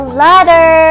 ladder